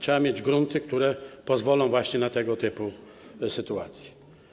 Trzeba mieć grunty, które pozwolą właśnie na tego typu sytuacje.